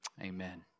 Amen